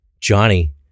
Johnny